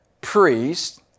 priest